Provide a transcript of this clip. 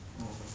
(uh huh)